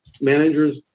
managers